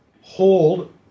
hold